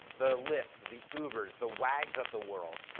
the lyfts, the ubers, the wags of the world.